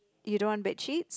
you don't want bedsheets